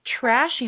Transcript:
trashing